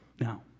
Now